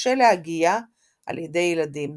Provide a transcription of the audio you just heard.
וקשה להגייה על ידי ילדים.